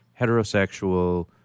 heterosexual